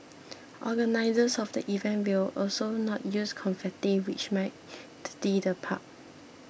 organisers of the event will also not use confetti which might dirty the park